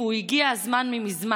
והוא הגיע מזמן,